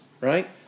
Right